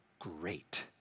great